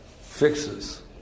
fixes